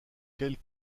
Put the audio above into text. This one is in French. quelle